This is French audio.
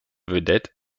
vedette